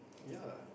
ya